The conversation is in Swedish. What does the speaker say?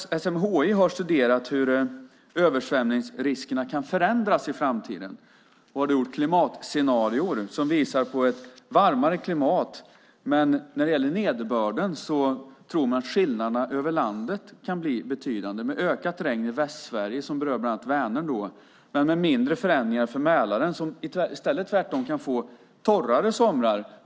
SMHI har studerat hur översvämningsriskerna kan förändras i framtiden och har gjort klimatscenarier som visar på ett varmare klimat. Men när det gäller nederbörden tror man att skillnaderna över landet kan bli betydande. Det kan bli ökat regn i Västsverige, som bland annat berör Vänern. Men det kan bli mindre förändringar för Mälaren, där det i stället tvärtom kan bli torrare somrar.